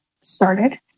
started